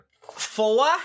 Four